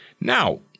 Now